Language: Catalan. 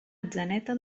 atzeneta